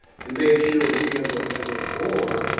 and make sure we as ah as a board,